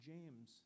James